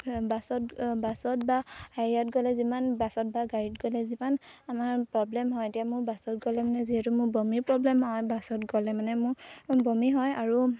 বাছত বাছত বা হেৰিয়াত গ'লে যিমান বাছত বা গাড়ীত গ'লে যিমান আমাৰ প্ৰব্লেম হয় এতিয়া মোৰ বাছত গ'লে মানে যিহেতু মোৰ বমিৰ প্ৰব্লেম হয় বাছত গ'লে মানে মোৰ বমি হয় আৰু